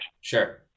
Sure